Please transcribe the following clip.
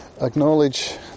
acknowledge